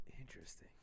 interesting